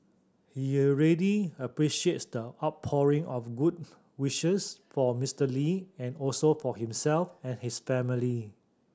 he really appreciates the outpouring of good wishes for Mister Lee and also for himself and his family